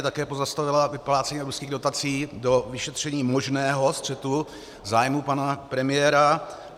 Také pozastavila vyplácení evropských dotací do vyšetření možného střetu zájmů pana premiéra.